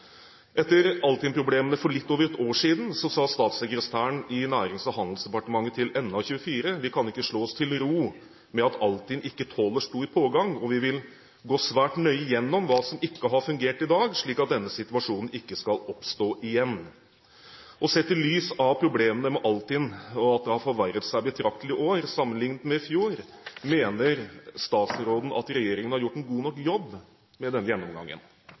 Etter Altinn-problemene for litt over ett år siden sa statssekretæren i Nærings- og handelsdepartementet til NA24: «Vi kan ikke slå oss til ro med at Altinn ikke tåler stor pågang, og vi vil gå svært nøye gjennom hva som ikke har fungert i dag slik at denne situasjonen ikke skal oppstå igjen.» Sett i lys av problemene med Altinn og at det har forverret seg betraktelig i år sammenlignet med i fjor: Mener statsråden at regjeringen har gjort en god nok jobb med denne gjennomgangen?